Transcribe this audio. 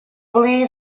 believed